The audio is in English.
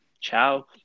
Ciao